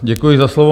Děkuji za slovo.